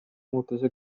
muutusi